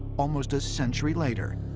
almost a century later,